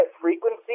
frequency